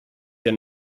hier